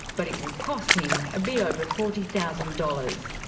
but it would cost him a bit over forty thousand dollars.